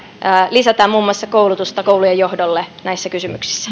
lisätään muun muassa koulutusta koulujen johdolle näissä kysymyksissä